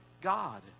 God